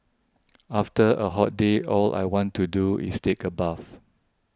after a hot day all I want to do is take a bath